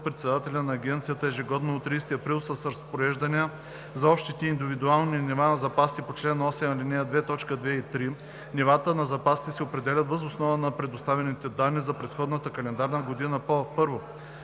председателя на агенцията ежегодно до 30 април с разпореждания за общите и индивидуалните нива на запасите по чл. 8, ал. 2, т. 2 и 3. Нивата на запасите се определят въз основа на предоставените данни за предходната календарна година по: 1.